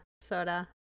soda